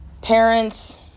parents